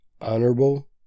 honorable